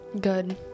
Good